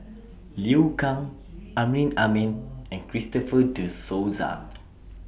Liu Kang Amrin Amin and Christopher De Souza